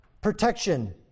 protection